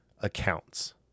accounts